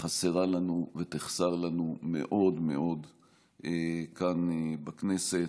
חסרה לנו ותחסר לנו מאוד מאוד כאן בכנסת.